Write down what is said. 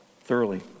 thoroughly